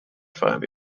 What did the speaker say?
five